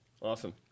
Awesome